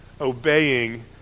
obeying